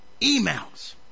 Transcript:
emails